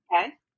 Okay